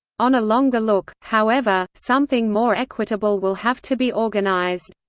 on a longer look, however, something more equitable will have to be organized.